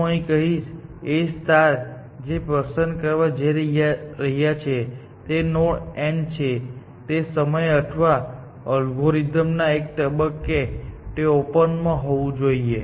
હું અહીં કહીશ કે A જે પસંદ કરવા જઈ રહ્યો છે તે નોડ n છે તે સમયે અથવા અલ્ગોરિધમના એક તબક્કે તે ઓપન માં હોવું જોઈએ